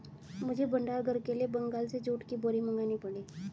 मुझे भंडार घर के लिए बंगाल से जूट की बोरी मंगानी पड़ी